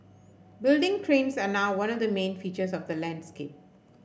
building cranes are now one of the main features of the landscape